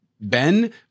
Ben